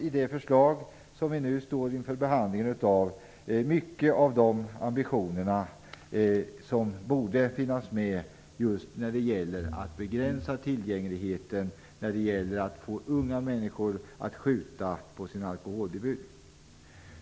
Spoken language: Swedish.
I det förslag som vi nu behandlar saknas tyvärr mycket av de ambitioner som man borde ha när det gäller att just begränsa tillgängligheten för att få unga människor att skjuta på sin alkoholdebut.